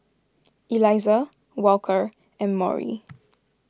Elisa Walker and Maury